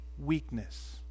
weakness